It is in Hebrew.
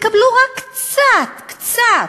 תקבלו רק קצת, קצת,